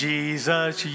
Jesus